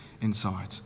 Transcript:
inside